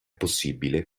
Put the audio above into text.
possibile